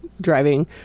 driving